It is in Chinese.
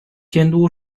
监督